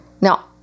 Now